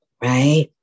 right